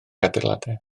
adeiladau